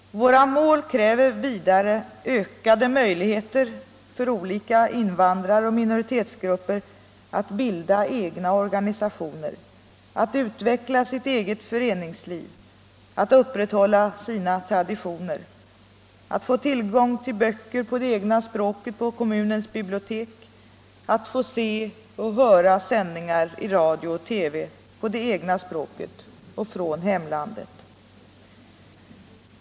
Våra mål kräver vidare ökade möjligheter för olika invandraroch minoritetsgrupper att bilda egna organisationer och utveckla sitt eget föreningsliv, att upprätthålla sina traditioner, att få tillgång till böcker på det egna språket på kommunens bibliotek, att få se och höra sändningar i radio och TV på det egna språket och från hemlandet.